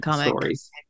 Stories